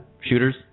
Shooters